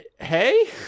Hey